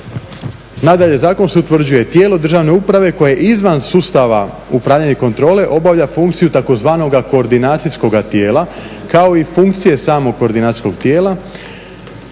Nadalje, zakon se utvrđuje, tijelo državne uprave koje je izvan sustava upravljanja i kontrole obavlja funkciju tzv. koordinacijskoga tijela kao i funkcije samog koordinacijskog tijela.